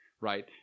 right